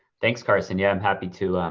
thanks carson. yeah, i'm happy to,